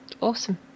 awesome